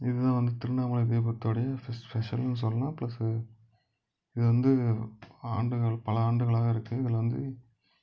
இதுதான் வந்து திருவண்ணாமலை தீபத்தோடைய ஸ்பெஷலுன்னு சொல்லலாம் ப்ளஸ்ஸு இது வந்து ஆண்டுகள் பல ஆண்டுகளாக இருக்குது இதில் வந்து